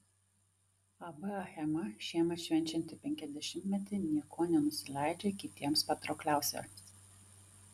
ab achema šiemet švenčianti penkiasdešimtmetį niekuo nenusileidžia kitiems patraukliausiems